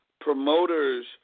promoters